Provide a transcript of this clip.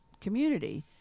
community